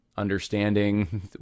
understanding